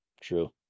True